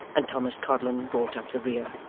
and thomas codlin brought up the rear.